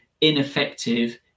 ineffective